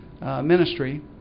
ministry